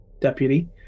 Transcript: deputy